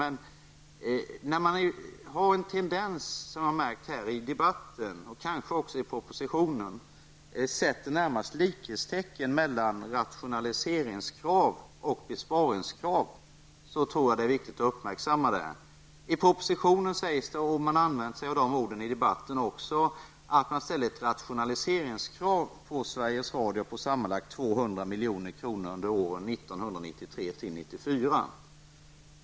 Jag har märkt en tendens i debatten och kanske också i propositionen till att man närmast sätter ett likhetstecken mellan rationaliseringskrav och besparingskrav, någonting som är viktigt att uppmärksamma. I propositionen och debatten sägs att man ställer ett rationaliseringskrav på Sveriges Radio på sammanlagt 200 milj.kr. under år 1993/1994.